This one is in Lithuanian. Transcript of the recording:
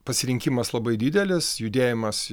pasirinkimas labai didelis judėjimas